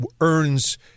earns